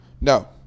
No